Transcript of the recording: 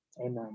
Amen